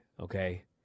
okay